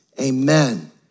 amen